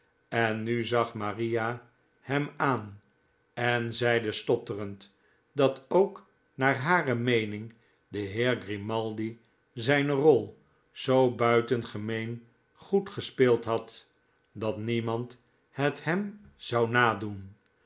en nu zag maria hem aan en zeide stotterend dat ook naar hare meening de heer grimaldi zijne rol zoo buitengemeen goed gespeeld had dat niomand het hem zou nadoen